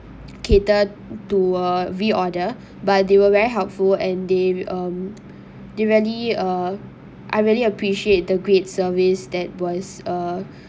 cater to a re order but they were very helpful and they um they really uh I really appreciate the great service that was a